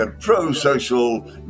pro-social